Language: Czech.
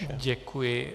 Děkuji.